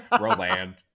Roland